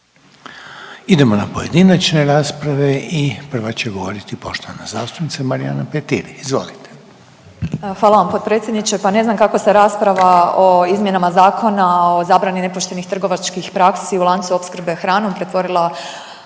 Idemo na pojedinačne rasprave i prva će govoriti poštovana zastupnica Marijana Petir. Izvolite. **Petir, Marijana (Nezavisni)** Hvala vam potpredsjedniče. Pa ne znam kako se rasprava o izmjenama Zakona o zabrani nepoštenih trgovačkih praksi u lancu opskrbe hranom pretvorila